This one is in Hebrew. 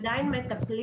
אנחנו עדיין מטפלים.